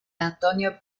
antonio